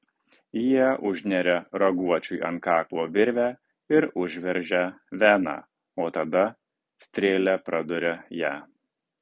jie užneria raguočiui ant kaklo virvę ir užveržia veną o tada strėle praduria ją